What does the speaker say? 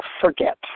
forget